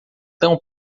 tão